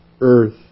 earth